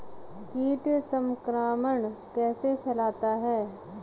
कीट संक्रमण कैसे फैलता है?